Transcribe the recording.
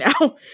now